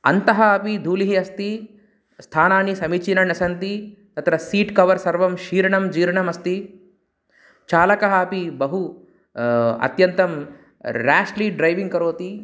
अन्तः अपि धूलिः अस्ति स्थानानि समीचीनं न सन्ति तत्र सीट् कवर् सर्वं शीर्णं जीर्णम् अस्ति चालकः अपि बहु अत्यन्तं राष्ली ड्रैविङ्ग् करोति